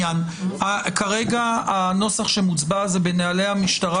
כרגע הנוסח שמוצבע הוא בנהלי המשטרה